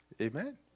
Amen